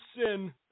sin